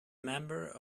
member